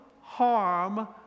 harm